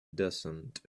descent